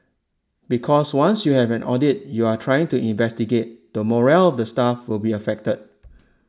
because once you have audit you are trying to investigate the morale of the staff will be affected